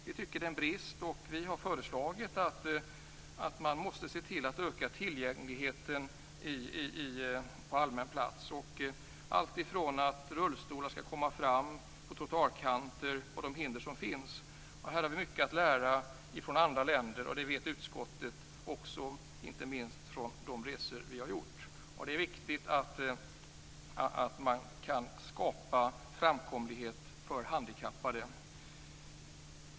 Vi tycker att det är en brist och har sagt att man måste öka tillgängligheten på allmän plats, alltifrån att rullstolar skall komma fram över trottoarkanter och till att man måste undanröja de hinder som finns. Här har vi mycket att lära av andra länder, och det vet utskottet också, inte minst från de resor vi har gjort. Det är viktigt att man kan skapa framkomlighet för handikappade.